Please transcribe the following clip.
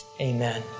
Amen